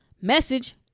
Message